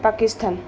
Pakistan